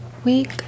week